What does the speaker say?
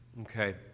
Okay